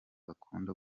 bakunda